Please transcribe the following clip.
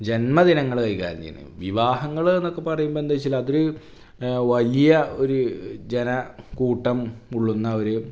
ജന്മദിനങ്ങൾ കൈകാര്യം ചെയ്യുന്നതിന്നെയും വിവാഹങ്ങളിൽ നിന്നൊക്കെ പറയുമ്പോൾ എന്തു ചോദിച്ചാൽ അതൊരു വലിയ ഒരു ജന കൂട്ടം മൂളുന്ന ഒരു